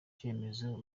cyemezo